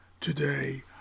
today